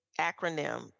acronym